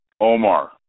Omar